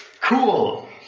Cool